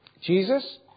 Jesus